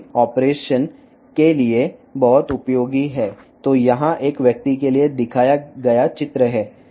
కాబట్టి భద్రత యొక్క వ్యూహాత్మకంగా పనిచేయడానికి ఇది చాలా ఉపయోగపడుతుంది